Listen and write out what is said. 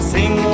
Sing